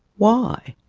why?